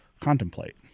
contemplate